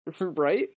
Right